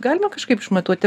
galima kažkaip išmatuoti